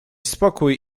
spokój